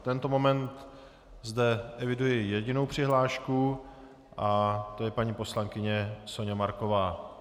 V tento moment zde eviduji jedinou přihlášku, a to je paní poslankyně Soňa Marková.